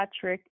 patrick